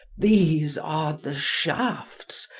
these are the shafts,